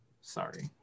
Sorry